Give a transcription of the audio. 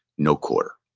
no quarter.